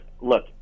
look